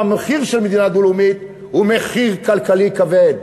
והמחיר של מדינה דו-לאומית הוא מחיר כלכלי כבד.